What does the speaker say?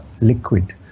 liquid